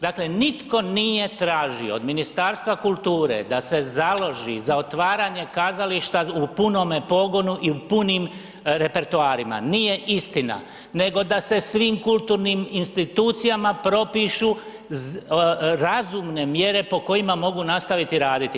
Dakle nitko nije tražio od Ministarstva kulture da se založi za otvaranje kazališta u punome pogonu i u punim repertoarima, nije istina nego da se svim kulturnim institucijama propišu razumne mjere po kojima mogu nastaviti raditi.